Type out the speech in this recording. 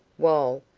while,